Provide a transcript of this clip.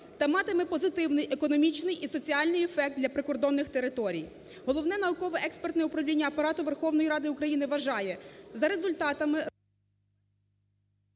та матиме позитивний економічний і соціальний ефект для прикордонних територій. Головне науково-експертне управління Апарату Верховної Ради